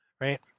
Right